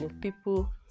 people